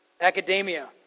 Academia